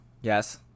Yes